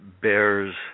bears